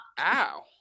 Ow